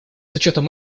учетом